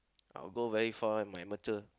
I'll go very far with my amateur